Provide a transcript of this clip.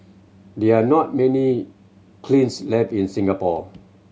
there are not many kilns left in Singapore